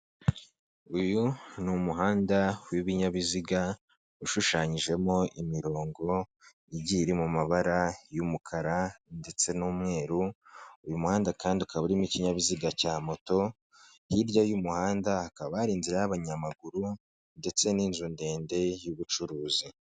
Uyu ni umuhanda w'ibinyabiziga, ushushanyijemo imirongo igiye iri mu mabara y'umukara ndetse n'umweru, uyu muhanda kandi ukaba urimo ikinyabiziga cya moto, hirya y'umuhanda hakaba hari inzira y'abanyamaguru ndetse n'inzu ndende y'ubucuruzi.